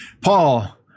Paul